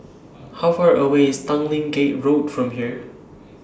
How Far away IS Tanglin Gate Road from here